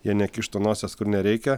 jie nekištų nosies kur nereikia